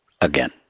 again